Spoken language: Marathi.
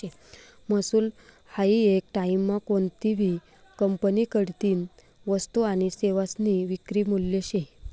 महसूल हायी येक टाईममा कोनतीभी कंपनीकडतीन वस्तू आनी सेवासनी विक्री मूल्य शे